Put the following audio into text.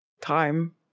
time